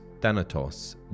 Thanatos